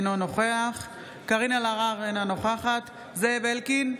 אינו נוכח קארין אלהרר, אינה נוכחת זאב אלקין,